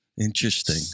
Interesting